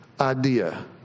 idea